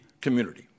community